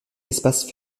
espaces